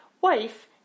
wife